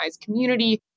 community